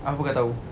apa kau tahu